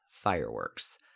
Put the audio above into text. fireworks